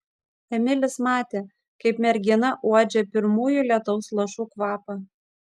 emilis matė kaip mergina uodžia pirmųjų lietaus lašų kvapą